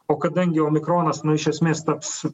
o kadangi omikronas nu iš esmės taps